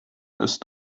ist